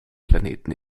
planeten